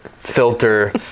Filter